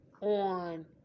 on